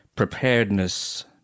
preparedness